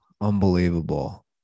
Unbelievable